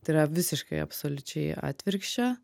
tai yra visiškai absoliučiai atvirkščia